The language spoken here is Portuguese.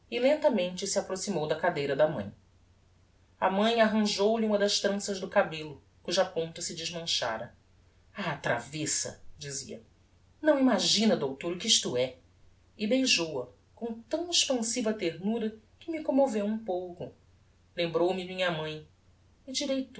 lentamente se aproximou da cadeira da mãe a mãe arranjou lhe uma das tranças do cabello cuja ponta se desmanchara ah travessa dizia não imagina doutor o que isto é e beijou-a com tão expansiva ternura que me commoveu um pouco lembrou-me minha mãe